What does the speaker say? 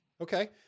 okay